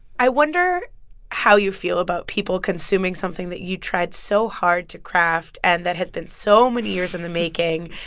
i wonder how you feel about people consuming something that you tried so hard to craft and that has been so many years in the making,